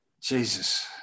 Jesus